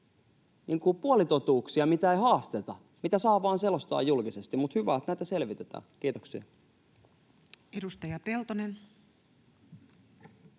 puolitotuuksia, joita ei haasteta, joita saa vaan selostaa julkisesti. Mutta hyvä, että näitä selvitetään. — Kiitoksia. [Speech